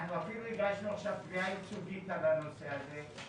אפילו הגשנו עכשיו תביעה ייצוגית על הנושא הזה.